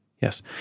yes